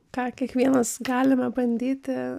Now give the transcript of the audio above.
ką kiekvienas galime bandyti